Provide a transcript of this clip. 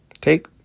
take